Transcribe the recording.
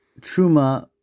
truma